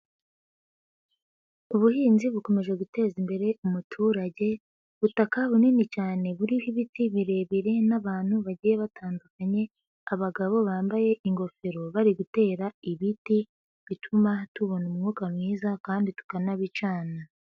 Ubuhinzi bukomeje guteza imbere umuturage, ubutaka bunini cyane buriho ibiti birebire n'abantu bagiye batandukanye, abagabo bambaye ingofero bari gutera ibiti bituma tubona umwuka mwiza kandi tukanabicana.